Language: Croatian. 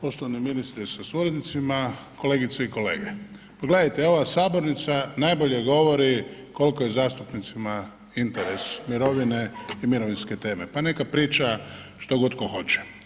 Poštovani ministre sa suradnicima, kolegice i kolege, pogledajte, ova sabornica najbolje govori koliko je zastupnicima interes mirovine i mirovinske teme, pa neka priča što god tko hoće.